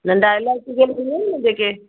नंढा इलाइची जेके थींदा आहिनि न जेके